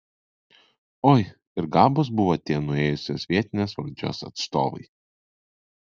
oi ir gabūs buvo tie nuėjusios vietinės valdžios atstovai